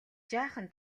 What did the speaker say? жаахан